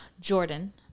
Jordan